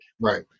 Right